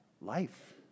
life